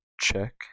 check